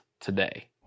today